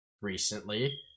recently